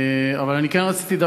אבל אני כן רציתי,